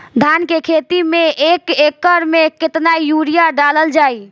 धान के खेती में एक एकड़ में केतना यूरिया डालल जाई?